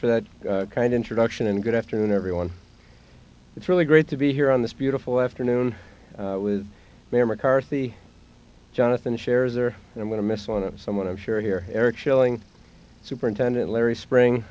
for that kind introduction and good afternoon everyone it's really great to be here on this beautiful afternoon with mayor mccarthy jonathan shares or i'm going to miss on someone i'm sure here eric schilling superintendent larry spring